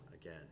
again